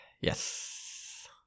Yes